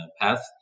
path